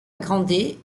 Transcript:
grande